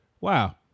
wow